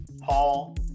Paul